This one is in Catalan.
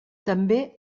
també